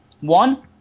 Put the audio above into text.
One